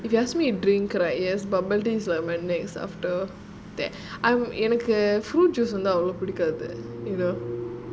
if you ask me to drink right yes bubble tea is my next after that எனக்கு:enaku fruit juice ரொம்பஅவ்ளோபிடிக்காது:romba avlo pidikathu